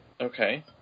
Okay